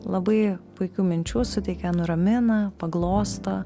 labai puikių minčių suteikia nuramina paglosto